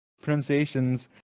pronunciations